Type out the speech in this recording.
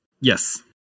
yes